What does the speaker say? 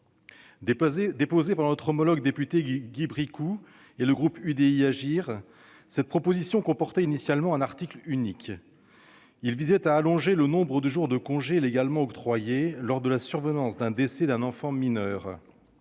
Déposé par notre collègue député Guy Bricout et le groupe UDI, Agir et Indépendants, ce texte comportait initialement un article unique, lequel visait à allonger le nombre de jours de congé légalement octroyés lors de la survenance d'un décès d'un enfant mineur,